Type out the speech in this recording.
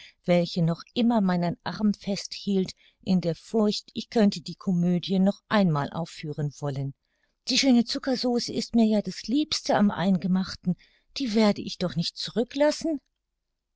welche noch immer meinen arm festhielt in der furcht ich könnte die comödie noch einmal aufführen wollen die schöne zuckersauce ist mir ja das liebste am eingemachten die werde ich doch nicht zurück